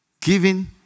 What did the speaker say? Giving